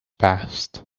passed